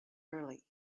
early